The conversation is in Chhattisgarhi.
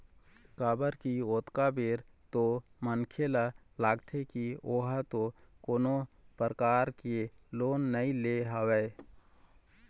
काबर की ओतका बेर तो मनखे ल लगथे की ओहा तो कोनो परकार ले लोन नइ ले हवय